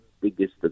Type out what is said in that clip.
biggest